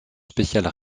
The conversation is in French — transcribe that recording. spéciales